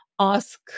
ask